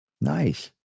Nice